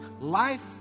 Life